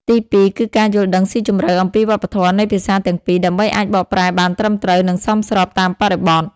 ទីពីរ គឺការយល់ដឹងស៊ីជម្រៅអំពីវប្បធម៌នៃភាសាទាំងពីរ ដើម្បីអាចបកប្រែបានត្រឹមត្រូវ និងសមស្របតាមបរិបទ។